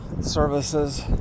services